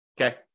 Okay